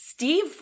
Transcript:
Steve